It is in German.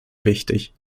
wichtig